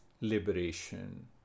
liberation